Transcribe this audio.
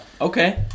Okay